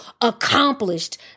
accomplished